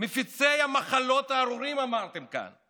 מפיצי המחלות הארורים, אמרתם כאן.